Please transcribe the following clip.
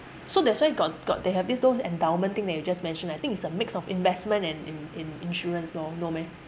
so that's why got got they have this those endowment thing that you just mentioned I think it's a mix of investment and in~ in~ insurance lor no meh